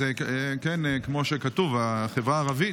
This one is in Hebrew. זה, כמו שכתוב, החברה הערבית,